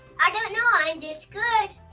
i don't know. i'm just good.